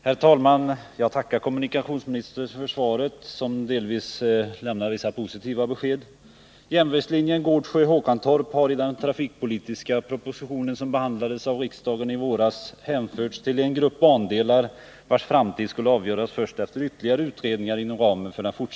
Herr talman! Jag tackar kommunikationsministern för svaret som delvis lämnar vissa positiva besked.